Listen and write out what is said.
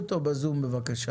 בבקשה.